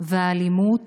והאלימות